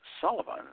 Sullivan